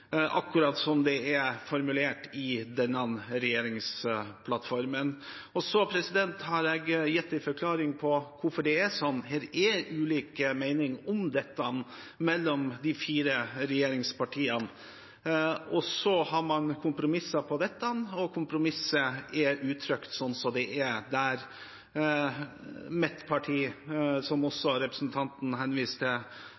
akkurat slik det er formulert i den siste regjeringsplattformen. Jeg har gitt en forklaring på hvorfor det er slik. Det er ulike meninger om dette mellom de fire regjeringspartiene. Så har man kompromisset på dette, og kompromisset er uttrykt slik det er. Denne kampen har mitt parti, som